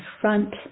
front